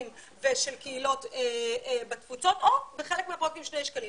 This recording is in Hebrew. ושל קהילות בתפוצות או בחלק מהפרויקטים שני שקלים.